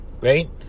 right